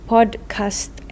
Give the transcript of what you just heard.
Podcast